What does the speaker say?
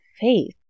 faith